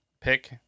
pick